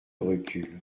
recul